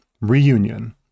reunion